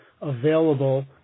available